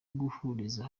guhuriza